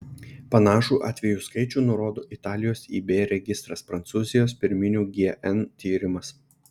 panašų atvejų skaičių nurodo italijos ib registras prancūzijos pirminių gn tyrimas